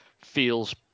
feels